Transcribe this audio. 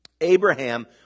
Abraham